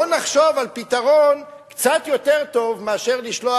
לא נחשוב על פתרון קצת יותר טוב מאשר לשלוח